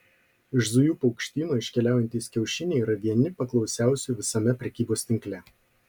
iš zujų paukštyno iškeliaujantys kiaušiniai yra vieni paklausiausių visame prekybos tinkle